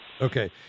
Okay